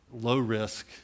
low-risk